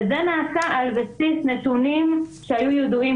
וזה נעשה על בסיס נתונים שהיו ידועים